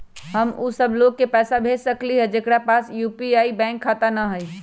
हम उ सब लोग के पैसा भेज सकली ह जेकरा पास यू.पी.आई बैंक खाता न हई?